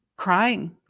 crying